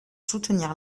soutenir